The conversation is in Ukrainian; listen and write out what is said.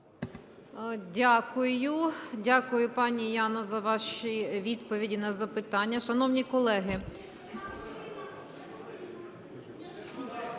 Дякую, пані Яно, за ваші відповіді на запитання. Шановні колеги…